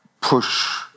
push